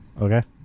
Okay